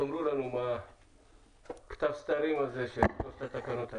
תאמרו לנו מה כתב הסתרים בתקנות האלה.